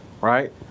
right